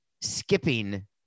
skipping